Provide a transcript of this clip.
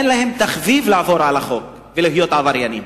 אין להם תחביב לעבור על החוק ולהיות עבריינים,